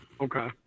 Okay